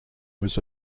was